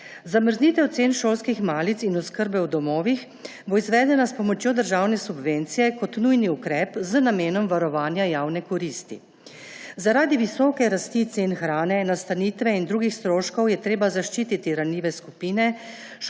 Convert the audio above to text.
Zamrznitev cen šolskih malic in oskrbe v domovih bo izvedena s pomočjo državne subvencije kot nujni ukrep z namenom varovanja javne koristi. Zaradi visoke rasti cen hrane, nastanitve in drugih stroškov je treba zaščititi ranljive skupine